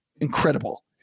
incredible